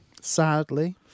Sadly